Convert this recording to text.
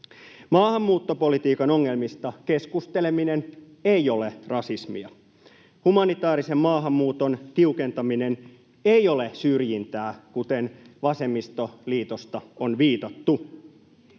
Maahanmuuttopolitiikan ongelmista keskusteleminen ei ole rasismia. Humanitaarisen maahanmuuton tiukentaminen ei ole syrjintää, kuten vasemmistoliitosta on viitattu.